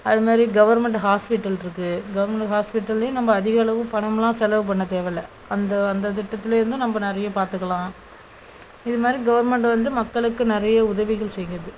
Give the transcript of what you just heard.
அதுமாதிரி government hospital இருக்குது government ஹாஸ்பிட்டல்லேயும் நம்ம அதிக அளவு பணம்லாம் செலவு பண்ண தேவையில்ல அந்த அந்த திட்டத்திலேருந்தும் நம்ம நிறைய பார்த்துக்கலாம் இதுமாதிரி கவர்மெண்ட் வந்து மக்களுக்கு நிறைய உதவிகள் செய்கிறது